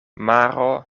maro